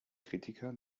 kritiker